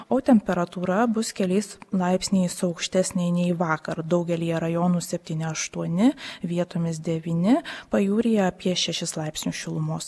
o temperatūra bus keliais laipsniais aukštesnė nei vakar daugelyje rajonų septyni aštuoni vietomis devyni pajūryje apie šešis laipsnius šilumos